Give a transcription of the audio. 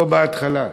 לא בהתחלה.